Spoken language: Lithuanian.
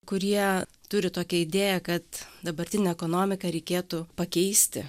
kurie turi tokią idėją kad dabartinę ekonomiką reikėtų pakeisti